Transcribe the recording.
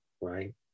right